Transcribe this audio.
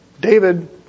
David